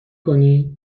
کنی